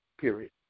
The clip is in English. period